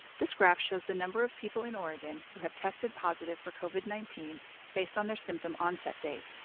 this graph shows the number of people in oregon who have tested positive for covid nineteen based on their symptom onset date.